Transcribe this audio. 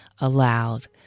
aloud